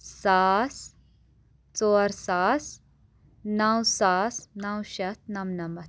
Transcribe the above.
ساس ژور ساس نَو ساس نَو شٮ۪تھ نَمنَمَتھ